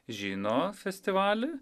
žino festivalį